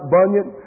Bunyan